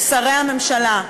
שרי הממשלה,